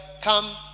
come